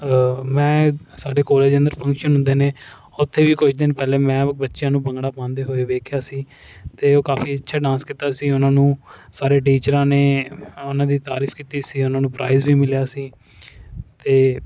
ਮੈਂ ਸਾਡੇ ਕੋਲੇਜ ਅੰਦਰ ਫ਼ੰਕਸ਼ਨ ਹੁੰਦੇ ਨੇ ਉੱਥੇ ਵੀ ਕੁਛ ਦਿਨ ਪਹਿਲੇ ਮੈਂ ਬੱਚਿਆਂ ਨੂੰ ਭੰਗੜਾ ਪਾਉਂਦੇ ਹੋਏ ਵੇਖਿਆ ਸੀ ਅਤੇ ਉਹ ਕਾਫ਼ੀ ਅੱਛਾ ਡਾਂਸ ਕੀਤਾ ਸੀ ਉਨ੍ਹਾਂ ਨੂੰ ਸਾਰੇ ਟੀਚਰਾਂ ਨੇ ਉਨ੍ਹਾਂ ਦੀ ਤਾਰੀਫ਼ ਕੀਤੀ ਸੀ ਉਨ੍ਹਾਂ ਨੂੰ ਪ੍ਰਾਈਜ਼ ਵੀ ਮਿਲਿਆ ਸੀ ਅਤੇ